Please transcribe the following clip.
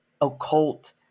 occult